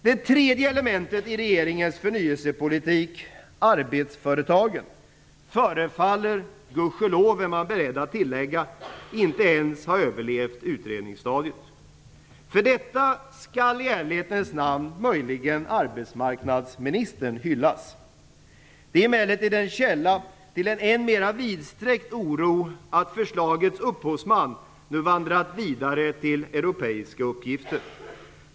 Det tredje elementet i regeringens förnyelsepolitik, arbetsföretagen, förefaller - gudskelov är man beredd att tillägga - inte ens ha överlevt utredningsstadiet. För detta skall i ärlighetens namn möjligen arbetsmarknadsministern hyllas. Det är emellertid en källa till en än mer vidsträckt oro att förslagets upphovsman nu har vandrat vidare till europeiska uppgifter.